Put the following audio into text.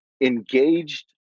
engaged